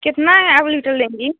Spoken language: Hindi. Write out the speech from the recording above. कितना आप लीटर लेंगी